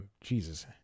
Jesus